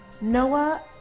Noah